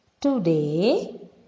today